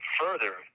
further